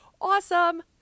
awesome